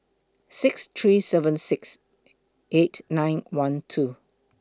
six three seven six eight nine one two